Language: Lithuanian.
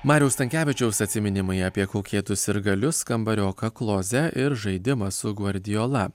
mariaus stankevičiaus atsiminimai apie kaukėtus sirgalius kambarioką klozę ir žaidimą su gordijola